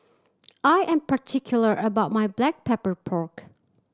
I am particular about my Black Pepper Pork